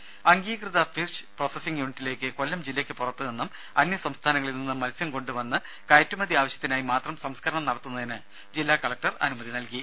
രുര അംഗീകൃത fish processing യൂണിറ്റിലേക്ക് കൊല്ലം ജില്ലയ്ക്ക് പുറത്ത് നിന്നും അന്യസംസ്ഥാനങ്ങളിൽ നിന്നും മത്സ്യം കൊണ്ടുവന്നു കയറ്റുമതി ആവശ്യത്തിനായി മാത്രം സംസ്കരണം നടത്തുന്നതിന് ജില്ലാ കലക്ടർ അനുമതി നൽകി